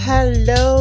Hello